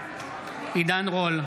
נגד מטי צרפתי הרכבי,